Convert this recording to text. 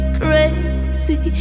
crazy